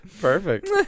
Perfect